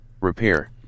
Repair